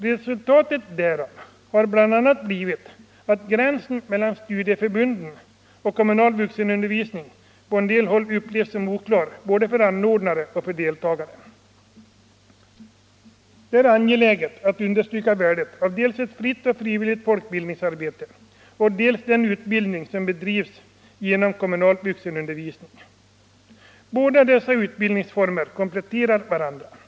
Resultatet därav har bl.a. blivit att gränsen mellan studieförbunden och kommunal vuxenundervisning på en del håll upplevs som oklar både för anordnare och för deltagare. Det är angeläget att understryka värdet av dels ett fritt och frivilligt folkbildningsarbete, dels den utbildning som bedrivs genom kommunal = Nr 83 vuxenundervisning. Båda dessa utbildningsformer kompletterar varand Tisdagen den ra.